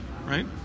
Right